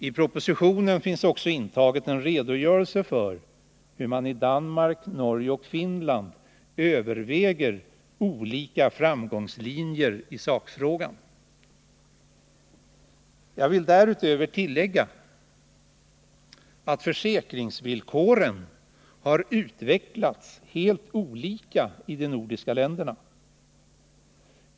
I propositionen finns också en redogörelse för hur man i Danmark, Norge och Finland överväger olika framgångslinjer i sakfrågan. Jag vill därutöver tillägga, att försäkringsvillkoren har utvecklats helt olika i de nordiska länderna.